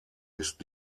ist